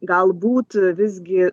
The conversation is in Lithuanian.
galbūt visgi